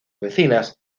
vecinas